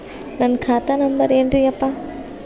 ನನ್ನ ಖಾತಾ ನಂಬರ್ ಏನ್ರೀ ಯಪ್ಪಾ?